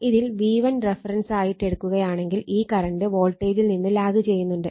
ഇതിൽ V1 റഫറൻസായിട്ടെടുക്കുകയാണെങ്കിൽ ഈ കറണ്ട് വോൾട്ടേജിൽ നിന്ന് ലാഗ് ചെയ്യുന്നുണ്ട്